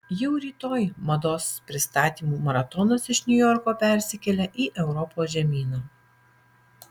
jau rytoj mados pristatymų maratonas iš niujorko persikelia į europos žemyną